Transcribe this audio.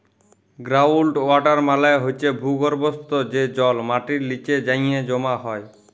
ground water মালে হছে ভূগর্ভস্থ যে জল মাটির লিচে যাঁয়ে জমা হয়